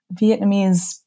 Vietnamese